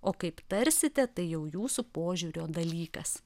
o kaip tarsite tai jau jūsų požiūrio dalykas